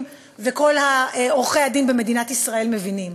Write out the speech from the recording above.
וכל עורכי-הדין במדינת ישראל מבינים: